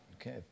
Okay